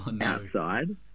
outside